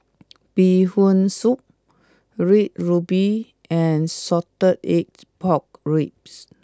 Bee Hoon Soup Red Ruby and Salted Egg Pork Ribs